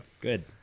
Good